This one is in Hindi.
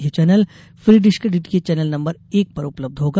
यह चैनल फ्री डिश के डीटीएच चैनल नंबर एक पर उपलब्ध होगा